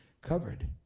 covered